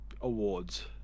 awards